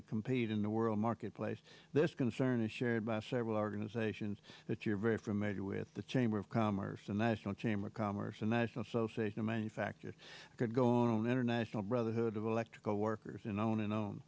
to compete in the world marketplace this going to turn it shared by several organizations that you're very familiar with the chamber of commerce and national chamber of commerce and national association of manufacturers could go on an international brotherhood of electrical workers